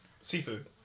seafood